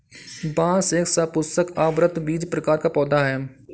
बांस एक सपुष्पक, आवृतबीजी प्रकार का पौधा है